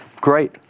Great